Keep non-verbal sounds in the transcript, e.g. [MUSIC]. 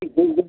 [UNINTELLIGIBLE]